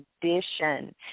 condition